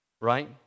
right